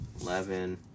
Eleven